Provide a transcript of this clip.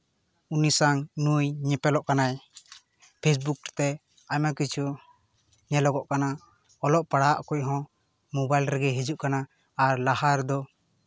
ᱩᱱᱤ ᱥᱟᱝ ᱱᱩᱭ ᱧᱮᱯᱮᱞᱚᱜ ᱠᱟᱱᱟᱭ ᱯᱷᱮᱥᱵᱩᱠ ᱛᱮ ᱟᱭᱢᱟ ᱠᱤᱪᱷᱩ ᱧᱮᱞᱚᱜᱚᱜ ᱠᱟᱱᱟ ᱚᱞᱚᱜ ᱯᱟᱲᱦᱟᱜ ᱠᱚᱦᱚᱸ ᱢᱳᱵᱟᱭᱤᱞ ᱨᱮᱜᱮ ᱦᱤᱡᱩᱜ ᱠᱟᱱᱟ ᱟᱨ ᱞᱟᱦᱟ ᱨᱮᱫᱚ